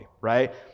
right